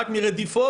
רק מרדיפות,